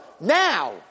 Now